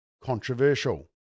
controversial